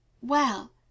Well